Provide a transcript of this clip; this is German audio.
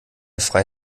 frei